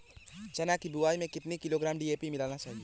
चना की बुवाई में कितनी किलोग्राम डी.ए.पी मिलाना चाहिए?